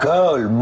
Girl